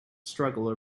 struggle